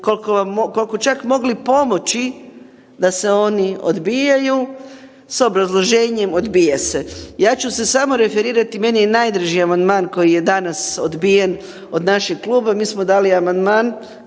koliko bi čak mogli pomoći, da se oni odbijaju s obrazloženjem odbija se. Ja ću se samo referirati meni je najdraži amandman koji je danas odbijen od našeg kluba, mi smo dali amandman